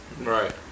Right